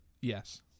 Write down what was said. Yes